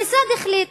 המשרד החליט